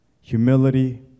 Humility